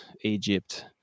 Egypt